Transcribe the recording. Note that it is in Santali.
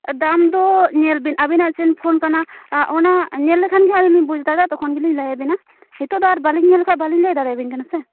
ᱫᱟᱢ ᱫᱚ ᱧᱮᱞᱵᱤᱱ ᱟᱵᱤᱱᱟᱜ ᱪᱮᱫ ᱯᱷᱳᱱ ᱠᱟᱱᱟ ᱚᱱᱟ ᱧᱮᱞ ᱞᱮᱠᱷᱟᱱ ᱜᱮᱦᱟᱸᱜ ᱟᱹᱞᱤᱧ ᱞᱤᱧ ᱵᱩᱡᱽ ᱫᱟᱲᱮᱭᱟᱜᱼᱟ ᱛᱚᱠᱷᱚᱱ ᱜᱮᱞᱤᱧ ᱞᱟᱹᱭ ᱟᱵᱮᱱᱟ ᱱᱤᱛᱚᱜ ᱫᱚ ᱟᱨ ᱵᱟᱹᱞᱤᱧ ᱧᱮᱞ ᱞᱮᱠᱷᱟᱱ ᱵᱟᱹᱞᱤᱧ ᱞᱟᱹᱭ ᱫᱟᱲᱮᱣ ᱟᱹᱵᱤᱱ ᱠᱟᱱᱟ ᱥᱮ